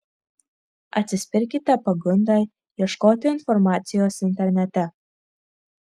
atsispirkite pagundai ieškoti informacijos internete